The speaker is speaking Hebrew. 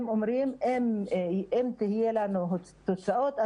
הם אומרים: אם יהיו לנו מזה תוצאות,